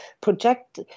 project